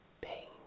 pain